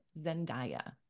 zendaya